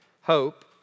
hope